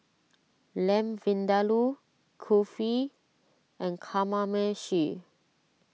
Lamb Vindaloo Kulfi and Kamameshi